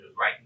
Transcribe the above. right